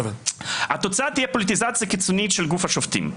התוצאה תהיה פוליטיזציה קיצונית של גוף השופטים,